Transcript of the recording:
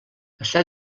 està